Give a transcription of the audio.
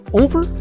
over